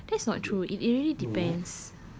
that's not true it really depends